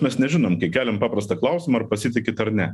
mes nežinom kai keliam paprastą klausimą ar pasitikit ar ne